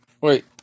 Wait